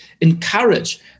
encourage